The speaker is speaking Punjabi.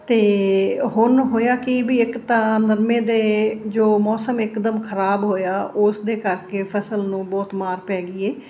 ਅਤੇ ਹੁਣ ਹੋਇਆ ਕੀ ਵੀ ਇੱਕ ਤਾਂ ਨਰਮੇ ਦੇ ਜੋ ਮੌਸਮ ਇਕਦਮ ਖ਼ਰਾਬ ਹੋਇਆ ਉਸ ਦੇ ਕਰਕੇ ਫ਼ਸਲ ਨੂੰ ਬਹੁਤ ਮਾਰ ਪੈ ਗਈ ਏ